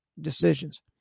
decisions